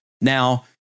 Now